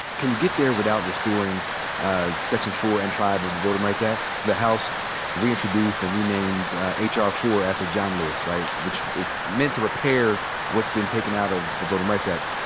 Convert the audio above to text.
can you get there without restoring section four and five over the voting rights act? the house reintroduced and renamed h r four after john lewis, right, which is meant to repair what's been taken out of the voting rights act.